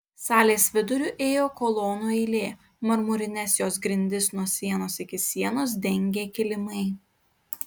salės viduriu ėjo kolonų eilė marmurines jos grindis nuo sienos iki sienos dengė kilimai